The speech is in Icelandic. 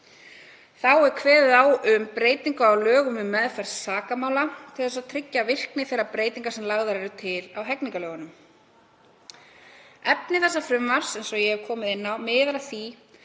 Þá er kveðið á um breytingu á lögum um meðferð sakamála til að tryggja virkni þeirra breytinga sem lagðar eru til á hegningarlögunum. Efni þessa frumvarps, eins og ég hef komið inn á, miðar að því